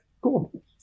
cool